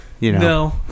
No